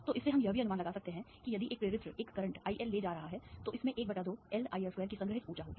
तो इससे हम यह भी अनुमान लगा सकते हैं कि यदि एक प्रेरित्र एक करंट IL ले जा रहा है तो इसमें ½LIL2 की संग्रहीत ऊर्जा होगी